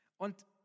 Und